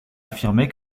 affirmait